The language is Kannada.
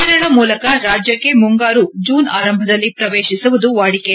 ಕೇರಳ ಮೂಲಕ ರಾಜ್ಯಕ್ಕೆ ಮುಂಗಾರು ಜೂನ್ ಆರಂಭದಲ್ಲಿ ಪ್ರವೇಶಿಸುವುದು ವಾದಿಕೆ